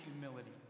humility